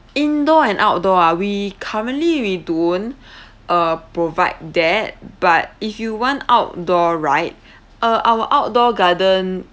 indoor and outdoor ah we currently we don't uh provide that but if you want outdoor right uh our outdoor garden